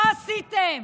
מה עשיתם?